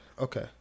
Okay